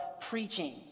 preaching